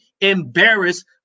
embarrassed